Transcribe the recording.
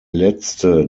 letzte